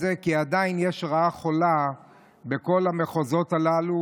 כי עדיין יש רעה חולה בכל המחוזות הללו,